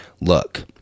look